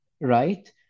right